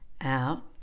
Out